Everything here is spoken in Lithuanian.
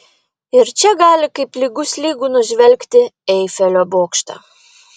iš čia gali kaip lygus lygų nužvelgti eifelio bokštą